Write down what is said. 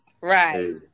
right